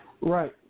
Right